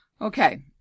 Okay